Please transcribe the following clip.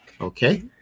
Okay